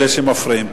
אלה שמפריעים,